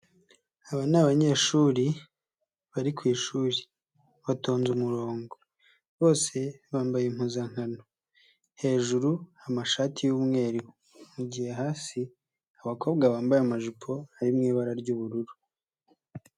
Aba ni abanyeshuri bari ku ishuri, batonze umurongo. Bose bambaye impuzankano. Hejuru amashati y'umweru mu gihe hasi abakobwa bambaye amajipo ari ibara ry'ubururu.